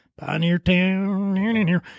Pioneertown